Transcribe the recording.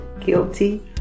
guilty